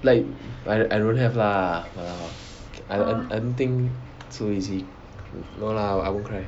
like I I don't have lah !walao! I I don't think so easy no low lah I won't cry